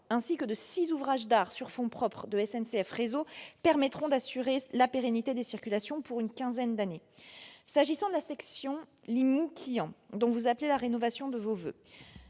ainsi que de six ouvrages d'art sur fonds propres de SNCF Réseau permettra d'assurer la pérennité des circulations pour une quinzaine d'années. S'agissant de la section Limoux-Quillan, dont vous appelez la rénovation de vos voeux,